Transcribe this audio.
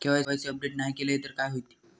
KYC update नाय केलय तर काय होईत?